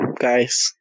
guys